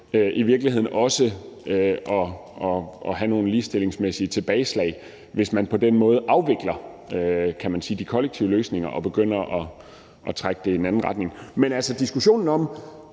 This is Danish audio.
i virkeligheden ender med at give nogle ligestillingsmæssige tilbageslag, hvis man – kan man sige – på den måde afvikler de kollektive løsninger og begynder at trække det i en anden retning. Diskussionen om,